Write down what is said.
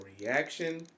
reaction